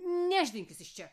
nešdinkis iš čia